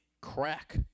crack